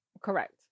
correct